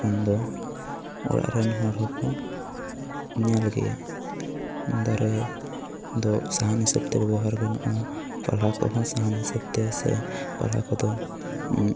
ᱛᱚᱠᱷᱚᱱ ᱫᱚ ᱚᱲᱟᱜ ᱨᱮᱱ ᱦᱚᱲ ᱦᱚᱠᱚ ᱧᱮᱞ ᱜᱮᱭᱟ ᱫᱟᱨᱮ ᱫᱚ ᱥᱟᱦᱟᱱ ᱦᱤᱥᱟᱹᱵ ᱛᱮ ᱵᱮᱵᱚᱦᱟᱨ ᱜᱟᱱᱚᱜ ᱜᱮᱭᱟ ᱯᱟᱞᱦᱟ ᱠᱚᱦᱚᱸ ᱥᱟᱦᱟᱱ ᱦᱤᱥᱟᱹᱵ ᱛᱮ ᱯᱟᱞᱦᱟ ᱠᱚᱫᱚ